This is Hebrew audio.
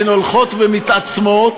והן הולכות ומתעצמות,